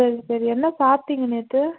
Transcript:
சரி சரி என்ன சாப்பிடிங்க நேற்று